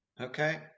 Okay